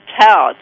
tell